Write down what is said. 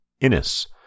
Innis